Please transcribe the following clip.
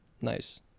Nice